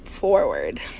forward